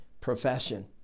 profession